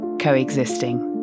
Coexisting